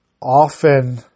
often